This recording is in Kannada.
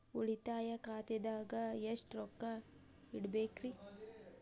ಉಳಿತಾಯ ಖಾತೆದಾಗ ಎಷ್ಟ ರೊಕ್ಕ ಇಡಬೇಕ್ರಿ?